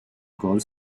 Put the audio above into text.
gol